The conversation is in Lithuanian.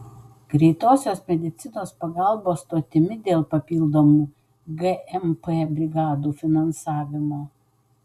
greitosios medicinos pagalbos stotimi dėl papildomų gmp brigadų finansavimo